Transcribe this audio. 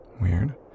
Weird